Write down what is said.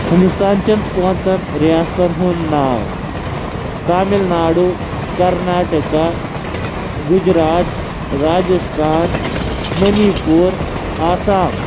ہِندُستانچٮ۪ن پانٛژَن رِیاستَن ہُںٛد ناو تامِل ناڈو کَرناٹکا گُجرات راجِستان منی پوٗر آسام